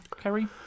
Kerry